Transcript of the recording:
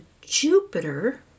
Jupiter